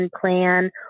plan